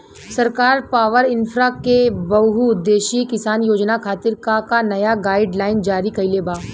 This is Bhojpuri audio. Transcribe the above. सरकार पॉवरइन्फ्रा के बहुउद्देश्यीय किसान योजना खातिर का का नया गाइडलाइन जारी कइले बा?